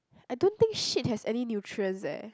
I don't think shit has any nutrients eh